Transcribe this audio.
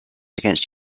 against